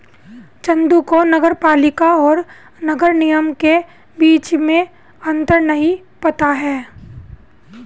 चंदू को नगर पालिका और नगर निगम के बीच अंतर नहीं पता है